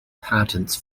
patents